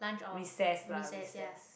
recess lah recess